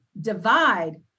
divide